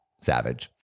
Savage